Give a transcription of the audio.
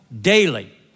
daily